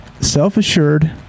self-assured